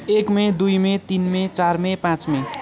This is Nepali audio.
एक मई दुई मई तिन मई चार मई पाँच मई